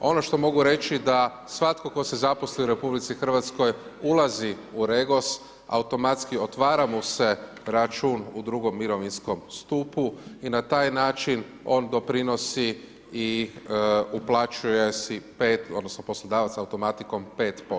Ono što mogu reći da svatko tko se zaposli u RH ulazi u REGOS, automatski otvara mu se račun u II. mirovinskom stupu i na taj način on doprinosi i uplaćuje si 5 odnosno poslodavac automatikom, 5%